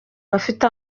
bafite